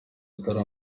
atari